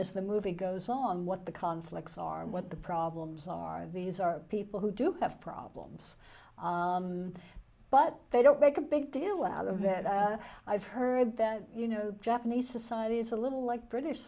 if the movie goes on what the conflicts are what the problems are these are people who do have problems but they don't make a big deal out of that i've heard that you know japanese society is a little like british